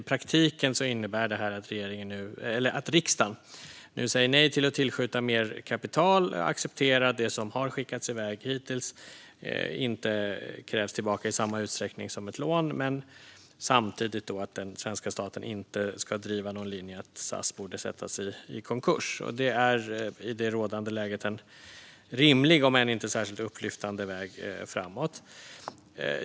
I praktiken innebär detta att riksdagen nu säger nej till att tillskjuta mer kapital och accepterar att det som skickats iväg hittills inte krävs tillbaka i samma utsträckning som ett lån. Samtidigt innebär det att den svenska staten inte ska driva någon linje att SAS borde sättas i konkurs. Det är i det rådande läget en rimlig om än inte särskilt upplyftande väg framåt.